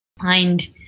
find